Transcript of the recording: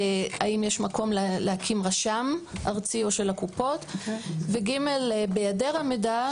האם יש מקום להקים רשם ארצי או של הקופות?; (ג) בהיעדר המידע,